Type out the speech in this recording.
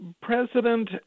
president